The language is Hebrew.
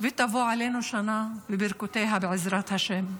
ותבוא עלינו שנה וברכותיה, בעזרת השם.